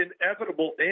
inevitable